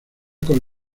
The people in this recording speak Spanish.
con